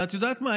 ואת יודעת מה?